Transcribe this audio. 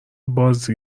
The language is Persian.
بازی